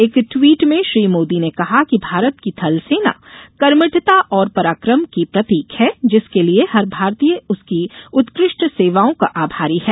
एक ट्वीट भें श्री मोदी ने कहा कि भारत की थल सेना कर्मठता और पराक्रम की प्रतीक है जिसके लिए हर भारतीय उसकीउत्कृष्ट सेवाओं का आभारी है